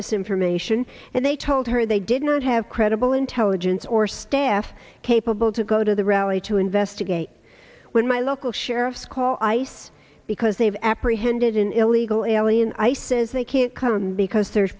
this information and they told her they did not have credible intelligence or staff capable to go to the rally to investigate when my local sheriffs call ice because they've apprehended an illegal alien i says they can't come because the